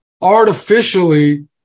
artificially